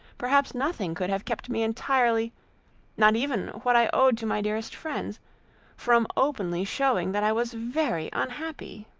perhaps nothing could have kept me entirely not even what i owed to my dearest friends from openly shewing that i was very unhappy.